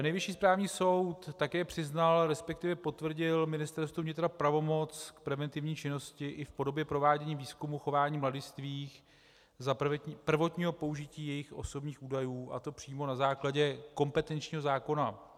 Nejvyšší správní soud také přiznal, resp. potvrdil Ministerstvu vnitra pravomoc k preventivní činnosti i v podobě provádění výzkumu chování mladistvých za prvotního použití jejich osobních údajů, a to přímo na základě kompetenčního zákona.